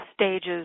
stages